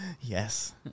Yes